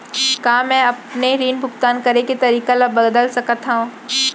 का मैं अपने ऋण भुगतान करे के तारीक ल बदल सकत हो?